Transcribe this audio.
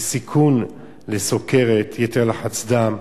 סיכון לסוכרת, יתר לחץ דם,